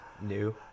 new